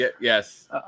Yes